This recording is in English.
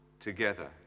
Together